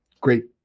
great